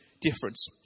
difference